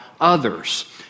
others